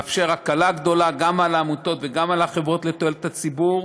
מאפשר הקלה גדולה גם על העמותות וגם על החברות לתועלת הציבור,